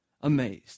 amazed